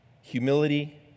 Humility